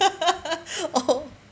oh